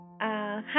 Hi